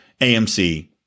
amc